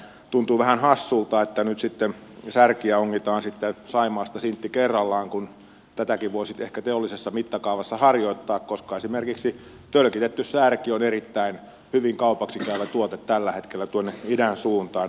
tuntuu vähän hassulta että nyt sitten särkiä ongitaan saimaasta sintti kerrallaan kun tätäkin voisi ehkä teollisessa mittakaavassa harjoittaa koska esimerkiksi tölkitetty särki on erittäin hyvin kaupaksi käyvä tuote tällä hetkellä tuonne idän suuntaan